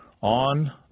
on